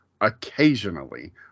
occasionally